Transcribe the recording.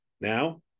Now